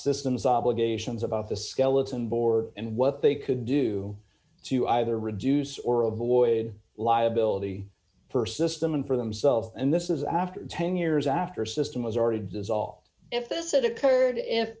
systems obligations about the skeleton bore d and what they could do to either reduce or avoid liability for system and for themselves and this is after ten years after system was already dissolved if this occurred if